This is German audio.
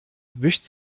wischt